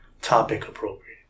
topic-appropriate